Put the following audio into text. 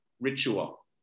ritual